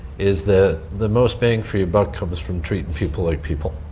is that the most bang for your buck comes from treating people like people.